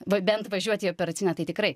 va bent važiuoti į operacinę tai tikrai